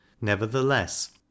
Nevertheless